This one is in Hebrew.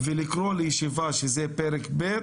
ולקרוא לישיבה שזו פרק ב',